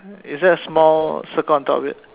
is there a small circle on top of it